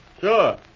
Sure